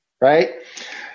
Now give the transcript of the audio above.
Right